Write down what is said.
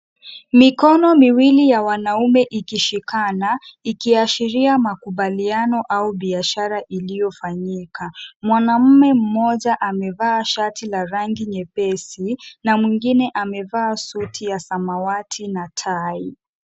Mikono miwili ya wanaume ikishikana ikiashiria makubaliano au biashara iliyofanyika. Mwanaume mmoja amevaa shati la rangi nyepesi na mwingine amevaa suti ya samawati na tai.